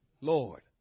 Lord